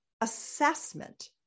assessment